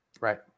right